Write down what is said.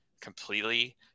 completely